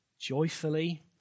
joyfully